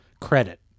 credit